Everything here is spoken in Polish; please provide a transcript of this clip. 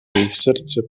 serce